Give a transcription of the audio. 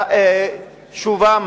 לשובם?